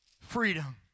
freedom